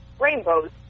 rainbows